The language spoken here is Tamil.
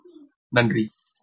எனவே நன்றி